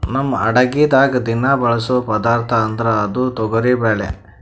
ನಮ್ ಅಡಗಿದಾಗ್ ದಿನಾ ಬಳಸೋ ಪದಾರ್ಥ ಅಂದ್ರ ಅದು ತೊಗರಿಬ್ಯಾಳಿ